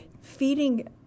feeding